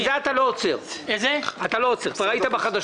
את זה אתה לא עוצר, כבר היית בחדשות.